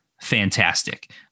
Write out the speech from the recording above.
fantastic